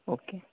okay